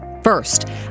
First